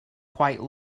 quite